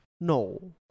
No